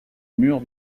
mur